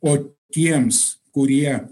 o tiems kurie